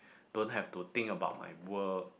don't have to think about my work